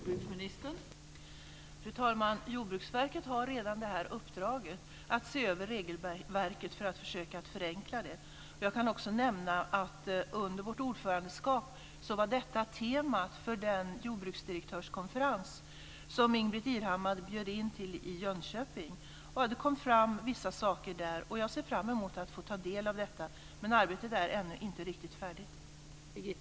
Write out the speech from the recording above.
Fru talman! Jordbruksverket har redan uppdraget att se över regelverket för att försöka att förenkla det. Jag kan också nämna att under vårt ordförandeskap var detta temat för den jordbruksdirektörskonferens som Ingbritt Irhammar bjöd in till i Jönköping. Det kom fram vissa saker där, och jag ser fram emot att få ta del av det, men arbetet är ännu inte riktigt färdigt.